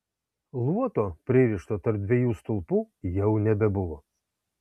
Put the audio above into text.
luoto pririšto tarp dviejų stulpų jau nebebuvo